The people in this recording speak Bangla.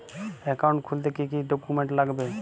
অ্যাকাউন্ট খুলতে কি কি ডকুমেন্ট লাগবে?